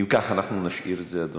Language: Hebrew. אם כך, אנחנו נשאיר את זה, אדוני,